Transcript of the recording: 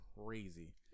crazy